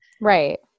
Right